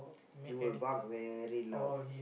he will bark very loud